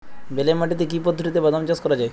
বেলে মাটিতে কি পদ্ধতিতে বাদাম চাষ করা যায়?